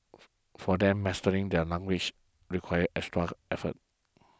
for them mastering the language requires extra effort